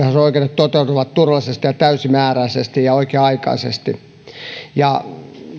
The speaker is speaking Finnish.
toteutuvat turvallisesti ja täysimääräisesti ja oikea aikaisesti miksi